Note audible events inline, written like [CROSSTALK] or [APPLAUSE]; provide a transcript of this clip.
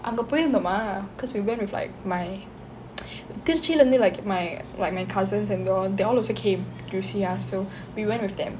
அங்கே போயிருந்தோமா:ange poyirunthoma cause we went with like my [NOISE] திருச்சிலேர்ந்து:thiruchilernthu like my like my cousins and they all they all also came to see us so we went with them